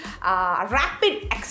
rapid